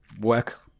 work